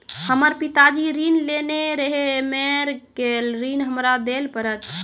हमर पिताजी ऋण लेने रहे मेर गेल ऋण हमरा देल पड़त?